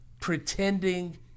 pretending